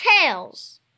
Tails